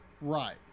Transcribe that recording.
Right